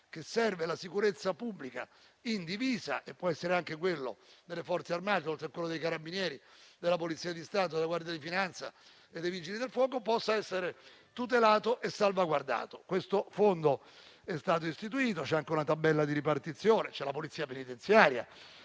che serve la sicurezza pubblica in divisa e può essere anche quello delle Forze armate, oltre a quello dei Carabinieri, della Polizia di Stato, della Guardia di Finanza e dei Vigili del fuoco, possa essere tutelato e salvaguardato. È stato pertanto istituito questo fondo, con una tabella di ripartizione; c'è anche la Polizia penitenziaria